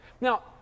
Now